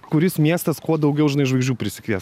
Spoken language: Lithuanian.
kuris miestas kuo daugiau žinai žvaigždžių prisikvies